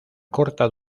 corta